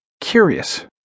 Curious